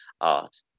art